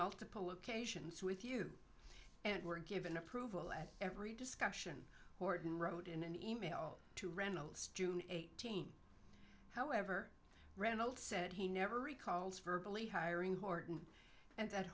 multiple occasions with you and were given approval at every discussion orton wrote in an e mail to reynolds june eighteenth however reynolds said he never recalls verbal e hiring horton and that